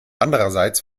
andererseits